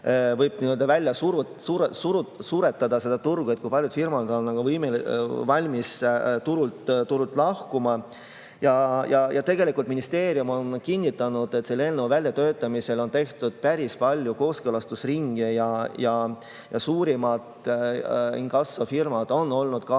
võib välja suretada seda turgu ja kui paljud firmad on valmis turult lahkuma. Ministeerium kinnitas, et selle eelnõu väljatöötamisel on tehtud päris palju kooskõlastusringe, suurimad inkassofirmad on olnud